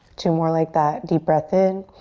two more like that, deep breath in.